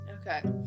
Okay